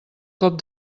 cop